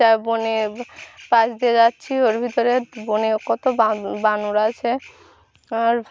তা বনে পাশ দিয়ে যাচ্ছি ওর ভিতরে বনে কত বানর আছে আর